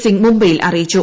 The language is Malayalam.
സിംഗ് മുംബൈയിൽ അറിയിച്ചു